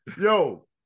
Yo